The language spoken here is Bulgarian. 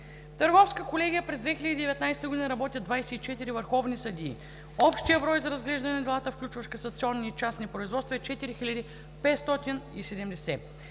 Търговска колегия през 2019 г. работят 24 върховни съдии. Общият брой за разглеждане на делата, включващ касационни и частни производства, е 4570